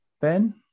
Ben